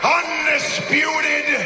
undisputed